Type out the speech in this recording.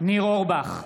ניר אורבך,